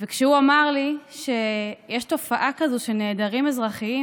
וכשהוא אמר לי שיש תופעה כזאת של נעדרים אזרחיים